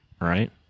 right